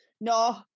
No